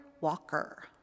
Walker